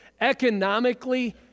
economically